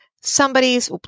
somebody's